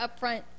upfront